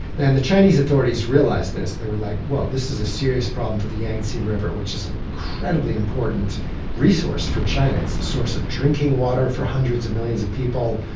then the chinese authorities realized this. they were like, whoa, this is a serious problem for the yangtze river which is an incredibly important resource for china. it's the source of drinking water for hundreds and millions of people,